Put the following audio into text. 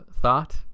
thought